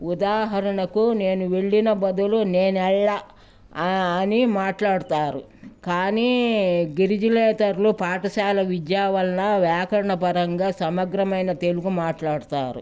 ఉదాహరణకు నేను వెళ్లిన బదులు నేనెళ్ళ అని మాట్లాడతారు కానీ గిరిజనేతర్లు పాఠశాల విద్యవలన వ్యాకరణ పరంగా సమగ్రమైన తెలుగు మాట్లాడతారు